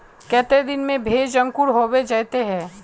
केते दिन में भेज अंकूर होबे जयते है?